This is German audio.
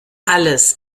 alles